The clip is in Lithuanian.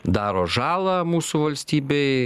daro žalą mūsų valstybei